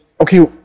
okay